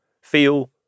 feel